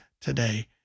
today